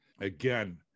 Again